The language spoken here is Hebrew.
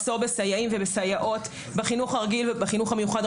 מחסור בסייעים ובסייעות בחינוך הרגיל ובחינוך המיוחד.